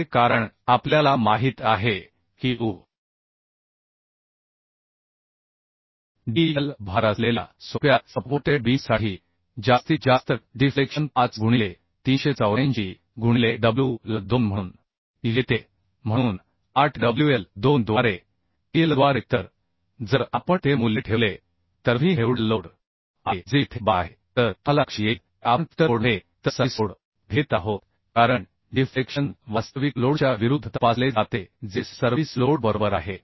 द्वारे कारण आपल्याला माहित आहे की u dL भार असलेल्या सोप्या सपोर्टेड बीमसाठी जास्तीत जास्त डिफ्लेक्शन 5 गुणिले 384 गुणिले WL 2 म्हणून येते म्हणून 8 WL 2 द्वारे ELद्वारे तर जर आपण ते मूल्य ठेवले तरW हेudLलोड आहे जे येथे 12 आहे तर तुम्हाला लक्षात येईल की आपण फॅक्टर लोड नव्हे तर सर्व्हिस लोड घेत आहोत कारण डिफ्लेक्शन वास्तविक लोडच्या विरूद्ध तपासले जाते जे सर्व्हिस लोड बरोबर आहे